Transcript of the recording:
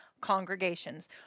congregations